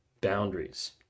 boundaries